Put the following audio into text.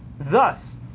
thus